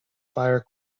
fire